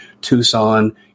Tucson